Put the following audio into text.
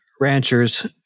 ranchers